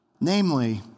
namely